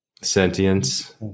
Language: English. Sentience